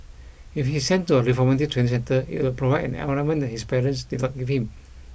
if he's sent to a reformative training centre it would provide an environment that his parents did not give him